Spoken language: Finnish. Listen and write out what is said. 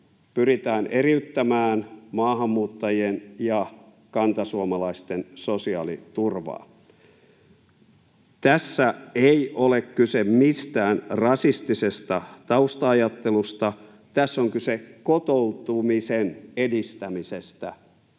pyritään eriyttämään maahanmuuttajien ja kantasuomalaisten sosiaaliturvaa. Tässä ei ole kyse mistään rasistisesta tausta-ajattelusta. Tässä on kyse kotoutumisen edistämisestä